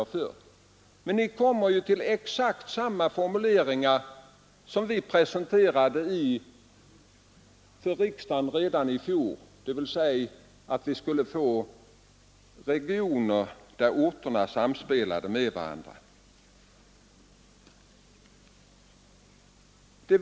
Men där kommer ju reservanterna till precis samma formuleringar som vi presenterade för riksdagen redan i fjol, nämligen att vi skall ha regioner där orterna samspelar med varandra.